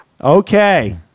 Okay